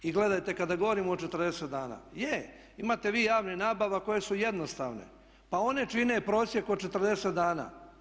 I gledajte, kada govorimo o 40 dana, je, imate vi javnih nabava koje su jednostavne pa one čine prosjek od 40 dana.